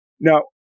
Now